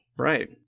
Right